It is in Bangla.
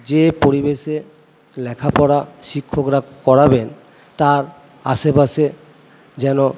যে পরিবেশে লেখা পড়া শিক্ষকরা করাবেন তার আশেপাশে যেন